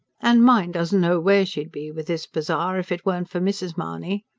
and mine doesn't know where she'd be, with this bazaar, if it weren't for mrs. mahony.